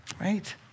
right